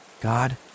God